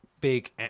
big